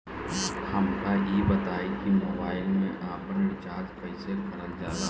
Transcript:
हमका ई बताई कि मोबाईल में आपन रिचार्ज कईसे करल जाला?